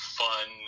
fun